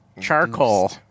charcoal